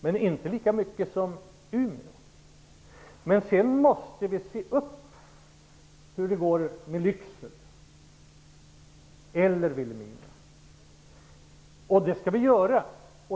Men inte lika mycket som Sedan måste vi se upp med hur det går med Lycksele eller Vilhelmina. Det skall vi göra.